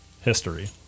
history